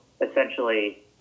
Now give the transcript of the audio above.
essentially –